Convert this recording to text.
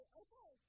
okay